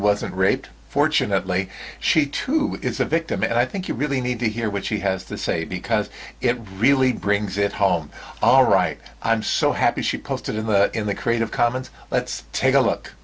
wasn't raped fortunately she too is a victim and i think you really need to hear what she has to say because it really brings it home all right i'm so happy she posted it in the creative commons let's take a look